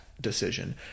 decision